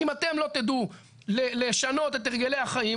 אם אתם לא תדעו לשנות את הרגלי החיים,